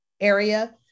area